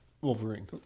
Wolverine